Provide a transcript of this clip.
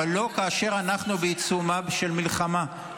אבל לא כאשר אנחנו בעיצומה של מלחמה.